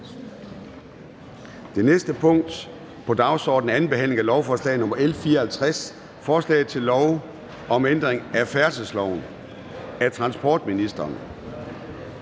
Det næste punkt på dagsordenen er: 8) 2. behandling af lovforslag nr. L 54: Forslag til lov om ændring af færdselsloven. (Undtagelse